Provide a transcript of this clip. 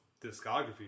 discography